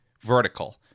vertical